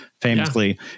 famously